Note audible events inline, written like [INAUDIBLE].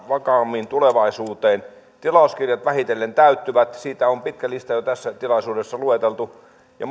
vakaammin tulevaisuuteen tilauskirjat vähitellen täyttyvät siitä on pitkä lista jo tässä tilaisuudessa lueteltu ja [UNINTELLIGIBLE]